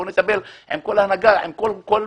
בואו נטפל עם כל ההנהגה ועם כל משפחה.